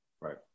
right